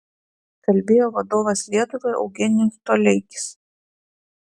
kalbėjo vadovas lietuvai eugenijus toleikis